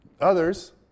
Others